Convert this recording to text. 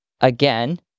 Again